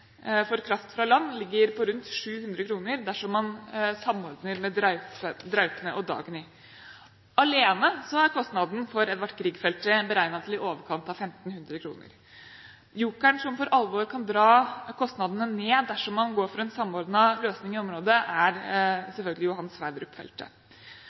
for kraft fra land ligger på rundt 700 kr, dersom man samordner med Draupne og Dagny. Kostnaden for Edvard Grieg-feltet alene er beregnet til i overkant av 1 500 kr. Jokeren som for alvor kan dra kostnadene ned, dersom man går for en samordnet løsning i området, er